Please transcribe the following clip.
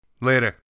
Later